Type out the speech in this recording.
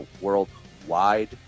Worldwide